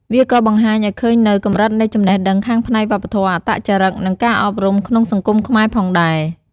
វាក៏បង្ហាញឲ្យឃើញនូវ កម្រិតនៃចំណេះដឹងខាងផ្នែកវប្បធម៌ អត្តចរិត និងការអប់រំក្នុងសង្គមខ្មែរផងដែរ។